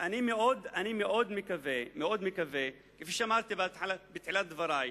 מקווה מאוד, כפי שאמרתי בתחילת דברי,